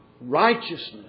righteousness